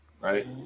right